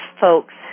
folks